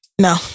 No